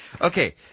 Okay